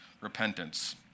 repentance